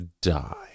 die